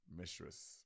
Mistress